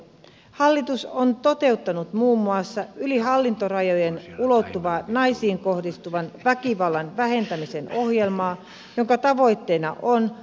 hallitus on toteuttanut muun muassa yli hallintorajojen ulottuvaa naisiin kohdistuvan väkivallan vähentämisen ohjelmaa jonka tavoitteena on